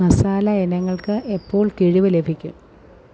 മസാല ഇനങ്ങൾക്ക് എപ്പോൾ കിഴിവ് ലഭിക്കും